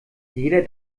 jeder